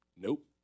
nope